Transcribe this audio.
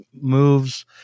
moves